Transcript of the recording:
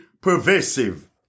pervasive